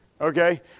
Okay